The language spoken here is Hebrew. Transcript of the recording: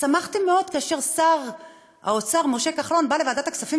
ושמחתי מאוד כאשר שר האוצר משה כחלון בא לוועדת הכספים